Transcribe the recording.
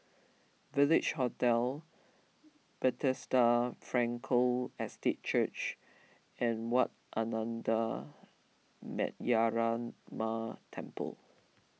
Village Hotel Bethesda Frankel Estate Church and Wat Ananda Metyarama Temple